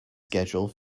schedule